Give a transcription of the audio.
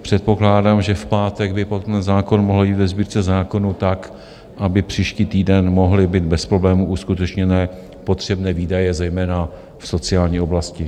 Předpokládám, že v pátek by potom zákon mohl jít ve Sbírce zákonů tak, aby příští týden mohly být bez problémů uskutečněné potřebné výdaje, zejména v sociální oblasti.